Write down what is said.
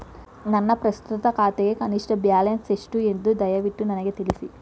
ನನ್ನ ಪ್ರಸ್ತುತ ಖಾತೆಗೆ ಕನಿಷ್ಟ ಬ್ಯಾಲೆನ್ಸ್ ಎಷ್ಟು ಎಂದು ದಯವಿಟ್ಟು ನನಗೆ ತಿಳಿಸಿ